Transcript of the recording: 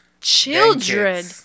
children